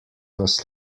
vas